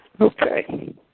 Okay